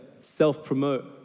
self-promote